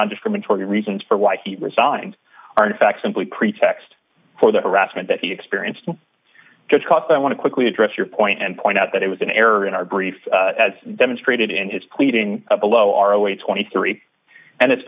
not discriminatory reasons for why he resigned are in fact simply pretext for the harassment that he experienced because i want to quickly address your point and point out that it was an error in our brief as demonstrated in his pleading below our way twenty three and it's